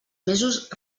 mesos